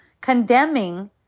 condemning